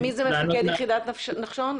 מי זה מפקד יחידת נחשון?